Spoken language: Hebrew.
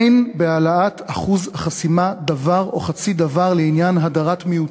אין בהעלאת אחוז החסימה דבר או חצי דבר לעניין הדרת מיעוטים,